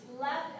left